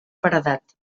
paredat